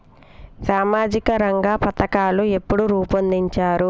సామాజిక రంగ పథకాలు ఎప్పుడు రూపొందించారు?